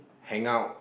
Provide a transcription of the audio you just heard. hang out